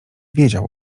wiedział